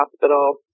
Hospital